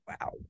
Wow